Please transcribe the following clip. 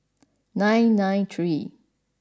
nine nine three